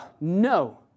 no